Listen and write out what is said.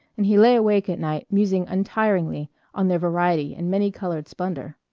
and he lay awake at night musing untiringly on their variety and many-colored splendor.